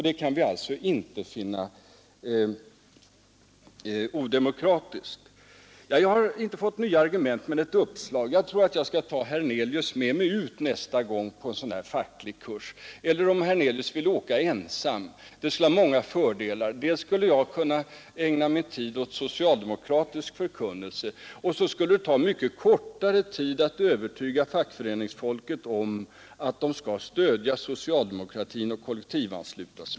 Det kan vi inte finna odemokratiskt. Jag har inte fått några nya argument, men väl ett uppslag. Jag tror att jag skall ta med mig herr Hernelius nästa gång jag åker ut till en sådan här facklig kurs, eller om herr Hernelius vill åka ensam, Det skulle vara många fördelar med det. Dels skulle jag kunna ägna min tid åt socialdemokratisk förkunnelse, dels skulle det ta mycket kortare tid att övertyga fackföreningsfolket om att de skall stödja socialdemokratin och kollektivansluta sig.